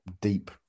deep